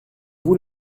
vous